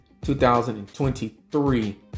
2023